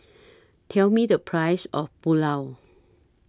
Tell Me The Price of Pulao